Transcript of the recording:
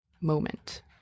moment